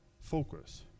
focus